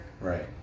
right